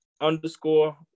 underscore